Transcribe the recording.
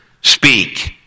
Speak